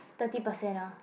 thirty percent ah